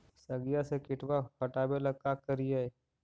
सगिया से किटवा हाटाबेला का कारिये?